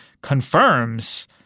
confirms